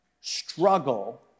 struggle